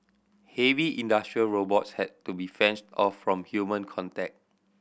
heavy industrial robots had to be fenced off from human contact